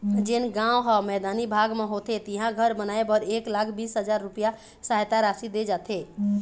जेन गाँव ह मैदानी भाग म होथे तिहां घर बनाए बर एक लाख बीस हजार रूपिया सहायता राशि दे जाथे